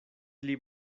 pli